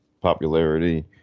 popularity